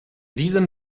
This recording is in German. diesem